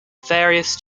various